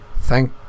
Thank